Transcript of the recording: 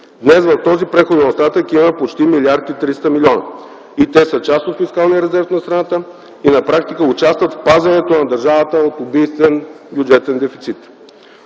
Днес в този преходен остатък има почти 1 млрд. 300 млн. лв. Те са част от фискалния резерв на страната и на практика участват в пазенето на държавата от убийствен бюджетен дефицит.